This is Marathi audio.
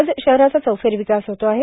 आज शहराचा चौफेर विकास होत आहे